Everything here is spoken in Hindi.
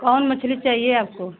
कौन मछली चाहिए आपको